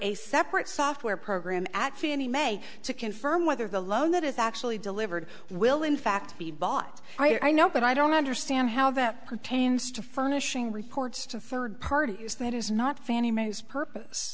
a separate software program at fannie mae to confirm whether the loan that is actually delivered will in fact be bought i know but i don't understand how that pertains to furnishing reports to third parties that is not fannie mae's purpose